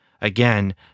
Again